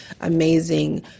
amazing